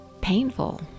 painful